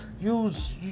use